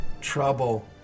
trouble